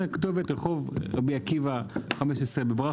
הכתובת היא ברחוב רבי עקיבא בברכפלד,